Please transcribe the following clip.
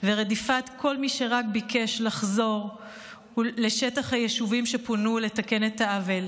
ורדיפת כל מי שרק ביקש לחזור לשטח היישובים שפונו ולתקן את העוול.